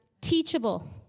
Teachable